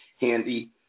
handy